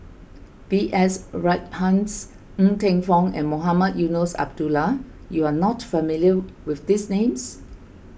B S Rajhans Ng Teng Fong and Mohamed Eunos Abdullah you are not familiar with these names